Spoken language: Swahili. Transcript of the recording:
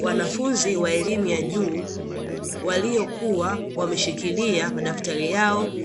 Wanafunzi wa elimu ya juu, waliokuwa wameshikilia madaftari yao,